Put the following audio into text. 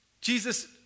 Jesus